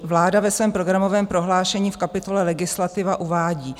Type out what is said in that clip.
Vláda ve svém programovém prohlášení v kapitole Legislativa uvádí: